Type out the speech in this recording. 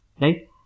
right